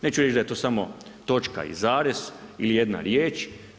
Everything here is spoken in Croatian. Neću reći da je to samo točka i zarez ili jedna riječ.